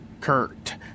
Kurt